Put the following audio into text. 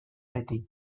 beti